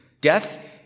Death